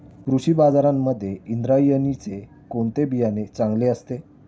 कृषी बाजारांमध्ये इंद्रायणीचे कोणते बियाणे चांगले असते?